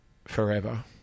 forever